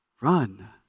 run